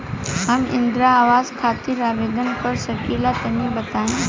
हम इंद्रा आवास खातिर आवेदन कर सकिला तनि बताई?